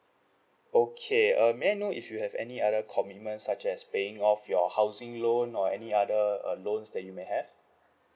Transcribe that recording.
okay err may I know if you have any other commitments such as paying off your housing loan or any other uh loans that you may have